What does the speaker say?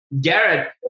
Garrett